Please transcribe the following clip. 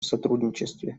сотрудничестве